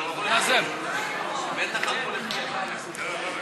להעביר את הנושא לוועדה לא נתקבלה.